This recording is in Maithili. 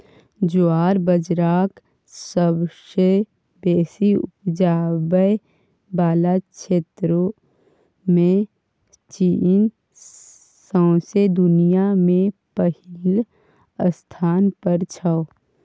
ज्वार बजराक सबसँ बेसी उपजाबै बला क्षेत्रमे चीन सौंसे दुनियाँ मे पहिल स्थान पर छै